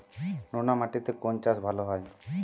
নোনা মাটিতে কোন চাষ ভালো হয়?